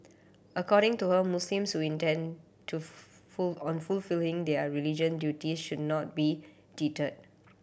according to her Muslims who intend to on fulfilling their religious duties should not be deterred